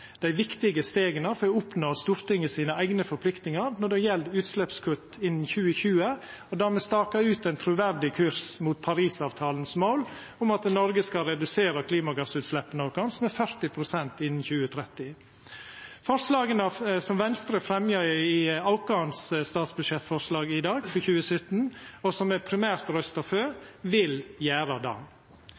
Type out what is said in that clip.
dei viktige stega for å oppnå Stortingets eigne forpliktingar når det gjeld utsleppskutt innan 2020, og der me stakar ut ein truverdig kurs mot Paris-avtalens mål om at Noreg skal redusera klimagassutsleppa sine med 40 pst. innan 2030. Forslaga Venstre fremjar i sitt statsbudsjettforslag for 2017 i dag, og som me primært røystar for, vil gjera det.